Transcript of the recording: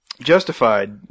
Justified